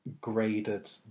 graded